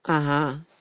(uh huh)